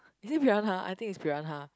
is it piranha I think it's piranha